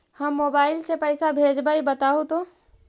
हम मोबाईल से पईसा भेजबई बताहु तो?